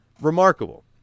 Remarkable